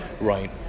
right